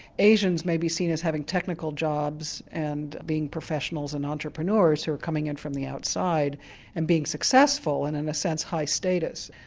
asians may be seen as having technical jobs and being professionals and entrepreneurs who are coming in from the outside and being successful and in a sense high status.